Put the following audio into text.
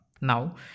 Now